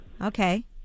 Okay